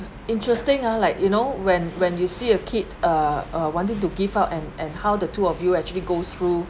interesting ah like you know when when you see a kid uh uh wanted to give up and and how the two of you actually goes through